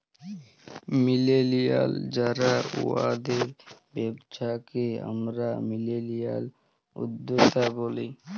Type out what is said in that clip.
millennial যারা উয়াদের ব্যবসাকে আমরা মিলেলিয়াল উদ্যক্তা ব্যলি